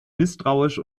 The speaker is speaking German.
misstrauisch